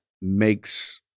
makes